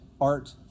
art